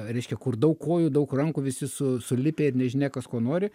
reiškia kur daug kojų daug rankų visi su sulipę ir nežinia kas ko nori